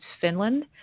Finland